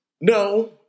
No